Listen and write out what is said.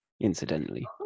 incidentally